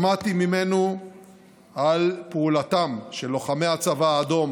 שמעתי ממנו על פעולתם של לוחמי הצבא האדום